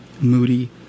moody